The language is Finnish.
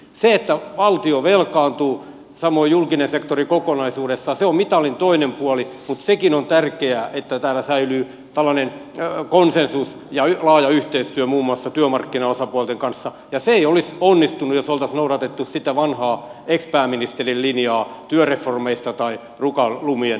se että valtio velkaantuu samoin julkinen sektori kokonaisuudessaan on mitalin toinen puoli mutta sekin on tärkeää että täällä säilyy konsensus ja laaja yhteistyö muun muassa työmarkkinaosapuolten kanssa ja se ei olisi onnistunut jos oltaisiin noudatettu sitä vanhaa ex pääministerin linjaa työreformeista tai rukan lumien lausunnoista